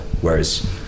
whereas